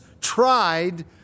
tried